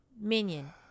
Minion